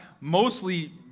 mostly